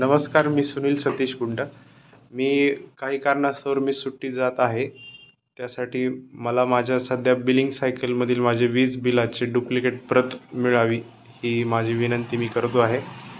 नमस्कार मी सुनील सतीश कुंड मी काही कारणास्तव मी सुट्टी जात आहे त्यासाठी मला माझ्या सध्या बिलिंग सायकलमधील माझे वीज बिलाची डुप्लिकेट प्रत मिळावी ही माझी विनंती मी करतो आहे